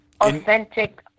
authentic